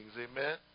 Amen